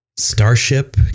Starship